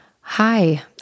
Hi